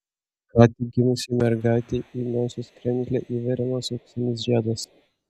ką tik gimusiai mergaitei į nosies kremzlę įveriamas auksinis žiedas